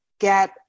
get